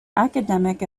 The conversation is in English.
academic